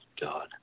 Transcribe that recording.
God